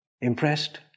Impressed